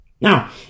Now